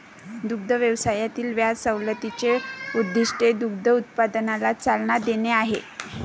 दुग्ध व्यवसायातील व्याज सवलतीचे उद्दीष्ट दूध उत्पादनाला चालना देणे आहे